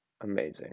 amazing